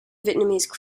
vietnamese